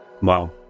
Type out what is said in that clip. wow